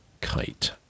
kite